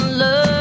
love